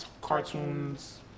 cartoons